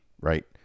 Right